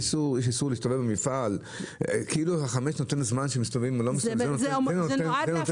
זה נועד להפחית.